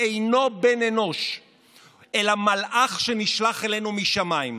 אינו בן אנוש אלא מלאך שנשלח אלינו משמיים.